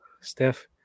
Steph